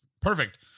Perfect